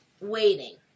Waiting